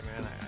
man